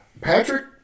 Patrick